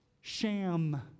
Sham